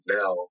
now